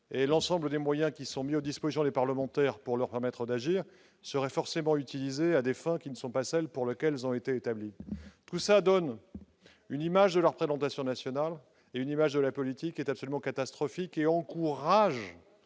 », et les moyens mis à la disposition des parlementaires pour leur permettre d'agir seraient forcément utilisés à des fins qui ne sont pas celles pour lesquelles ils ont été établis ... Tout cela donne une image de la représentation nationale et de la politique absolument catastrophique, qui encourage